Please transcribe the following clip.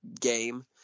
game